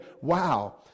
wow